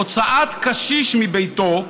הוצאת קשיש מביתו,